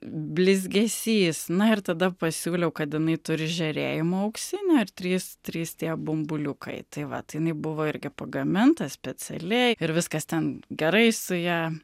blizgesys na ir tada pasiūliau kad jinai turi žėrėjimo auksinio ir trys trys tie bumbuliukai tai vat jinai buvo irgi pagaminta specialiai ir viskas ten gerai su ja